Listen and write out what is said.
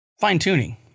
Fine-tuning